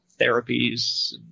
therapies